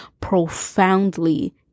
profoundly